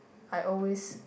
I always